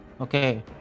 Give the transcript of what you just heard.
Okay